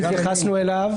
שהתייחסו אליו.